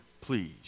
please